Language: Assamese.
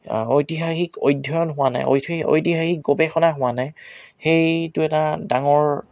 ঐতিহাসিক অধ্যয়ন হোৱা নাই ঐতিহাসিক গৱেষণা হোৱা নাই সেইটো এটা ডাঙৰ